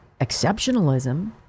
exceptionalism